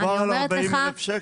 אני אומרת לך -- מדובר על 40,000 שקל.